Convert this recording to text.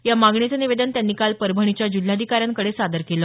या मागणीचं निवेदन त्यांनी काल परभणीच्या जिल्हाधिकाऱ्यांकडे सादर केलं